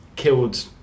killed